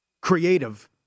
creative